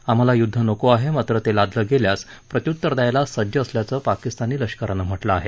आम्हाला युद्ध नको आहे मात्र ते लादलं गेल्यास प्रत्युत्तर द्यायला सज्ज असल्याचं पाकिस्तानी लष्करानं म्हटलं आहे